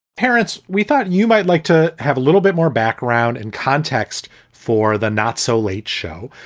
parents. we thought you might like to have a little bit more background and context for the not so late show.